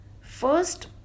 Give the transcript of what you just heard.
first